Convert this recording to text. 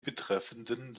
betreffenden